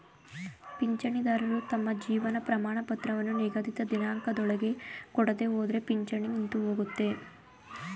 ಪಿಂಚಣಿದಾರರು ತಮ್ಮ ಜೀವನ ಪ್ರಮಾಣಪತ್ರವನ್ನು ನಿಗದಿತ ದಿನಾಂಕದೊಳಗೆ ಕೊಡದೆಹೋದ್ರೆ ಪಿಂಚಣಿ ನಿಂತುಹೋಗುತ್ತೆ